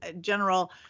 general